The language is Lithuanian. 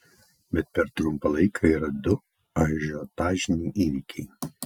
bet per trumpą laiką yra du ažiotažiniai įvykiai